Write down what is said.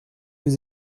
vous